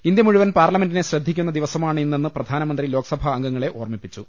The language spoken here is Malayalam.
ഇന്ത്യ മുഴുവൻ പാർലമെന്റിനെ ശ്രദ്ധിക്കുന്ന ദിവസമാണ് ഇന്നെന്ന് പ്രധാനമന്ത്രി ലോക്സഭാ അംഗങ്ങളെ ഓർമ്മിപ്പിച്ചു